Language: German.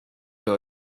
für